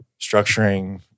structuring